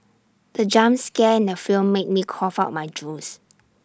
the jump scare in the film made me cough out my juice